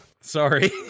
Sorry